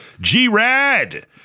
G-Rad